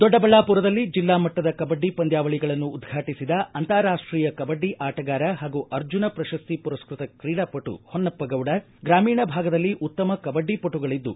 ದೊಡ್ಡಬಳ್ಳಾಪುರದಲ್ಲಿ ಜಿಲ್ಲಾ ಮಟ್ಟದ ಕಬಡ್ಡಿ ಪಂದ್ಯಾವಳಿಗಳನ್ನು ಉದ್ರಾಟಿಸಿದ ಅಂತಾರಾಷ್ಷೀಯ ಕಬಡ್ಡಿ ಆಟಗಾರ ಹಾಗೂ ಅರ್ಜುನ ಪ್ರಶಸ್ತಿ ಪುರಸ್ಟತ ಕ್ರಿಡಾಪಟು ಹೊನ್ನಪ್ಪಗೌಡ ಗ್ರಾಮೀಣ ಭಾಗದಲ್ಲಿ ಉತ್ತಮ ಕಬಡ್ಡಿ ಪಟುಗಳಿದ್ದು